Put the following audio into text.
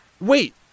Wait